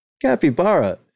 Capybara